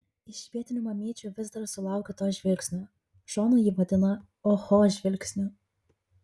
iš vietinių mamyčių vis dar sulaukiu to žvilgsnio šona jį vadina oho žvilgsniu